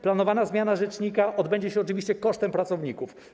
Planowana zmiana rzecznika odbędzie się oczywiście kosztem pracowników.